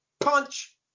punch